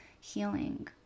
healing